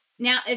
Now